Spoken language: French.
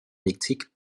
électrique